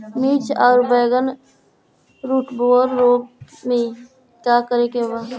मिर्च आउर बैगन रुटबोरर रोग में का करे के बा?